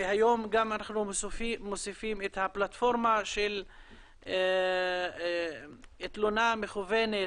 והיום אנחנו גם מוסיפים את הפלטפורמה של תלונה מקוונת,